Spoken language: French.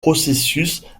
processus